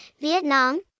Vietnam